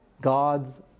gods